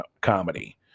comedy